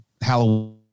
Halloween